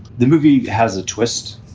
the movie has a twist